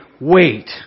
wait